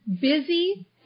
busy